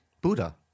Buddha